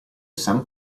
san